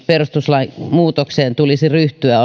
perustuslain muutokseen tulisi ryhtyä